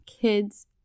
kids